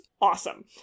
awesome